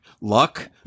luck